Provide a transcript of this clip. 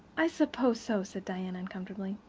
i suppose so, said diana uncomfortably.